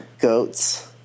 goats